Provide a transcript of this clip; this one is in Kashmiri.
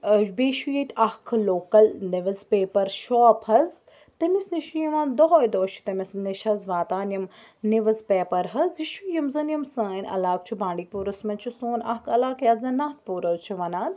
بیٚیہِ چھُ ییٚتہِ اَکھ لوکَل نِوٕز پیپَر شاپ حظ تٔمِس نِش چھُ یِوان دۄہَے دۄہَے چھِ تٔمِس نِش حظ واتان یِم نِوٕز پیپَر حظ یہِ چھُ یِم زَن یِم سٲنۍ علاقہٕ چھُ بانٛڈی پوٗرَس منٛز چھُ سون اَکھ علاقہٕ یتھ زَن ناتھ پوٗر حظ چھِ وَنان